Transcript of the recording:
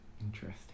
Interesting